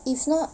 if not